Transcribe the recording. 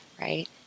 Right